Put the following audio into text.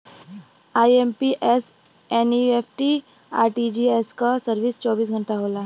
IMPS, NEFT, RTGS क service चौबीस घंटा होला